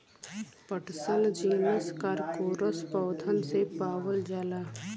पटसन जीनस कारकोरस पौधन से पावल जाला